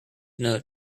note